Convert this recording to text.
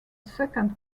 second